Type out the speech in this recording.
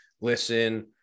listen